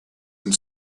and